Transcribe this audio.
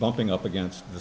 bumping up against the